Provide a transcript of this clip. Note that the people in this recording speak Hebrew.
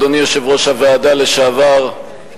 אדוני יושב-ראש הוועדה לשעבר,